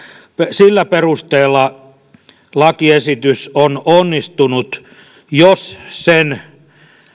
sillä perusteella lakiesitys on onnistunut jos sen